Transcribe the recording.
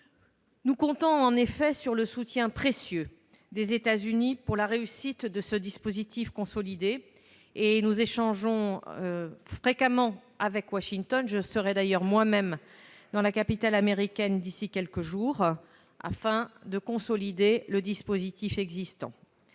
Nous comptons en effet sur le soutien précieux des États-Unis pour la réussite de ce dispositif. Nous échangeonsfréquemment avec Washington, et je serai moi-même en visite dans la capitale américaine d'ici à quelques jours, afin de consolider le dispositif existant.